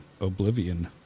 oblivion